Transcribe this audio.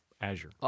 Azure